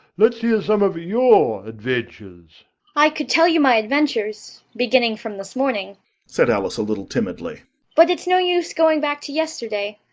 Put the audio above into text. let's hear some of your adventures i could tell you my adventures beginning from this morning said alice a little timidly but it's no use going back to yesterday,